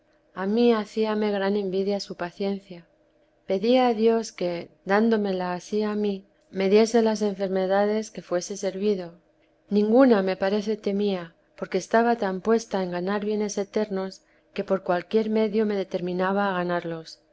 a mí hacíame gran envidia su paciencia pedía a dios que dándomela ansí a mí me diese las enfermedades que fuese servido ninguna me parece temía porque estaba tan puesta en ganar bienes eternos que por cualquier medio me determinaba a ganarlos